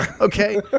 Okay